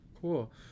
Cool